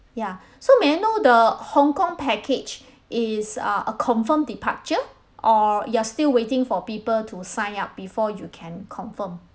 ya so may I know the hong kong package is uh a confirmed departure or you're still waiting for people to sign up before you can confirm